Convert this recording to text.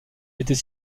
était